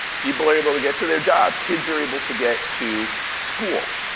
people are able to get to their job, kids are able to get to school.